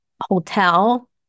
hotel